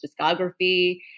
discography